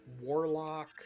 Warlock